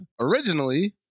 Originally